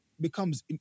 becomes